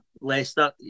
Leicester